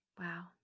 wow